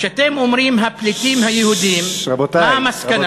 כשאתם אומרים "הפליטים היהודים", מה המסקנה?